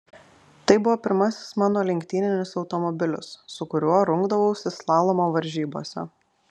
tai buvo pirmasis mano lenktyninis automobilis su kuriuo rungdavausi slalomo varžybose